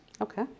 Okay